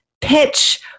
pitch